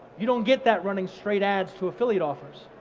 you don't get that running straight ads to affiliate offers.